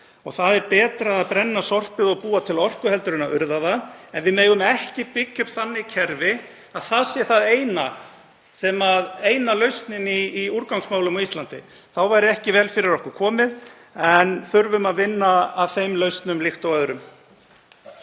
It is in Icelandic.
Það er betra að brenna sorpi og búa til orku en að urða það. En við megum ekki byggja upp þannig kerfi að það sé eina lausnin í úrgangsmálum á Íslandi. Þá væri ekki vel fyrir okkur komið. En við þurfum að vinna að þeim lausnum líkt og öðrum.